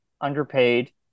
underpaid